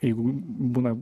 jeigu būna